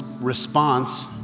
response